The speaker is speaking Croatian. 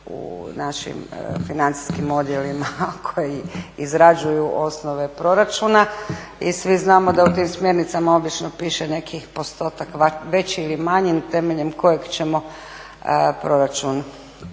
u našim financijskim odjelima a koje izrađuju osnove proračuna. I svi znamo da u tim smjernicama obično piše neki postotak veći ili manji temeljem kojega ćemo proračun